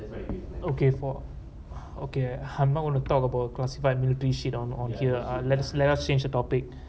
okay for okay I'm not gonna talk about classified military shit on on here ah let us let us change the topic